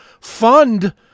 fund